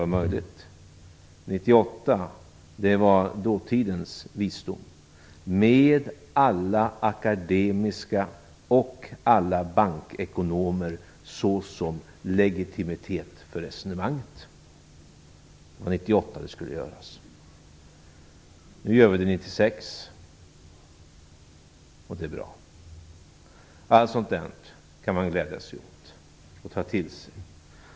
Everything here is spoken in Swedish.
1998 var dåtidens visdom, med alla akademiska ekonomer och alla bankekonomer som legitimitet för resonemanget. Det var 1998 det skulle göras. Nu gör vi det 1996, och det är bra. Allt sådant där kan man glädja sig åt och ta till sig.